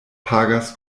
pagas